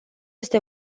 este